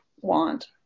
want